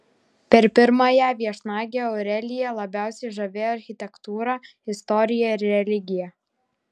per pirmąją viešnagę aureliją labiausiai žavėjo architektūra istorija ir religija